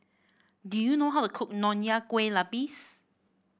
do you know how to cook Nonya Kueh Lapis